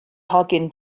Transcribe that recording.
hogyn